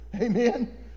Amen